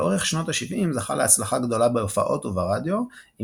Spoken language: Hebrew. לאורך שנות ה־70 זכה להצלחה גדולה בהופעות וברדיו עם